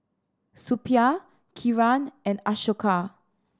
Suppiah Kiran and Ashoka